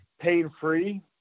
pain-free